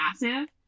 massive